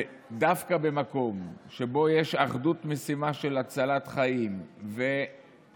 ודווקא במקום שבו יש אחדות משימה של הצלת חיים ודוגמה,